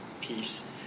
peace